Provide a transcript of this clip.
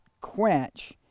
quench